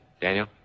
Daniel